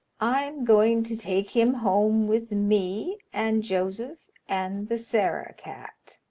i am going to take him home with me and joseph and the sarah-cat,